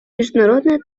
международная